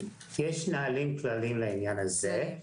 יש נהלים כלליים לעניין הזה.